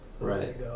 right